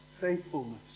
faithfulness